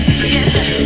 together